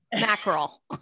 mackerel